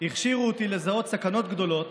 הכשירו אותי לזהות סכנות גדולות